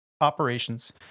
operations